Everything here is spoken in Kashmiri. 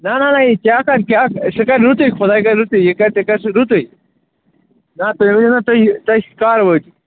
نہَ نہَ نہَ یہِ کیٛاہ کَرِ کیٛاہ سُہ کَرِ رُتُے خۄداے کَرِ رُتُے یہِ کَرِ تہِ کَرِ سُہ رُتُے نہَ تُہۍ ؤنِو مےٚ تُہۍ تُہۍ کَر وٲتِو